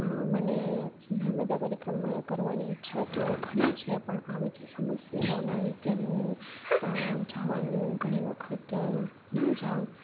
મને નર્મદા પરિક્રમા કરવાની ઈચ્છા તો ઘણી છે પણ આ બધી સમસ્યાઓના લીધે હું જવાનું ઘણી વખત ના જાઉં